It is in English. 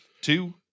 two